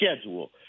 schedule